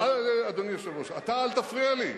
אדוני היושב-ראש, אתה אל תפריע לי.